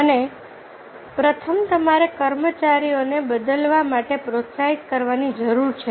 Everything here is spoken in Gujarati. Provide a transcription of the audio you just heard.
અને પ્રથમ તમારે કર્મચારીઓને બદલવા માટે પ્રોત્સાહિત કરવાની જરૂર છે